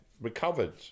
recovered